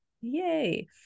Yay